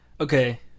Okay